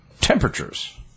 temperatures